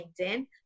LinkedIn